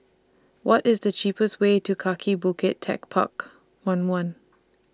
What IS The cheapest Way to Kaki Bukit Techpark one one